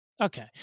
Okay